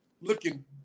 looking